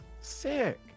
sick